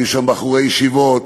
היו שם בחורי ישיבות,